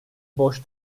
boş